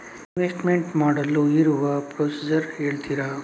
Investment ಮಾಡಲು ಇರುವ procedure ಹೇಳ್ತೀರಾ?